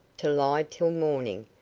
to lie till morning,